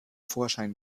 vorschein